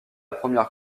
première